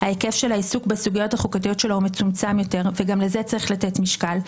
היועצת המשפטית לממשלה, ואתה מפריע.